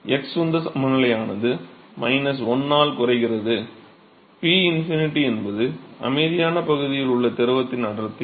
x உந்த சமநிலையானது 1 ஆல் குறைகிறது 𝞺∞ என்பது அமைதியான பகுதியில் உள்ள திரவத்தின் அடர்த்தி